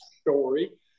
story